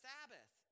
Sabbath